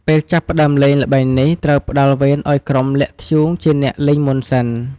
នៅពេលចាប់ផ្ដើមលេងល្បែងនេះ ត្រូវផ្ដល់វេនឲ្យក្រុមលាក់ធ្យូងជាអ្នកលេងមុនសិន។